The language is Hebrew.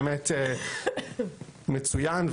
באמת מצוין,